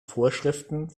vorschriften